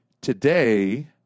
today